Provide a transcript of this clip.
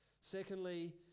Secondly